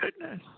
goodness